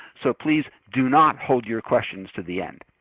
so please do not hold your questions to the end.